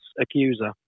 accuser